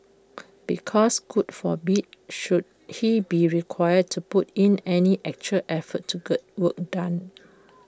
because God forbid should he be required to put in any actual effort to get work done